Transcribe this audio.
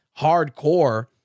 hardcore